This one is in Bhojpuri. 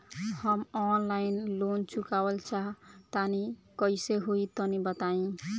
हम आनलाइन लोन चुकावल चाहऽ तनि कइसे होई तनि बताई?